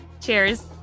Cheers